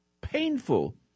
painful